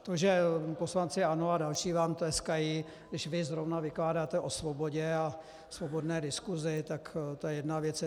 To, že poslanci ANO a další vám tleskají, když vy zrovna vykládáte o svobodě a svobodné diskusi, tak to je jedna věc.